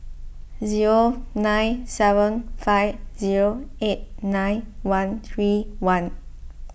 zero nine seven five zero eight nine one three one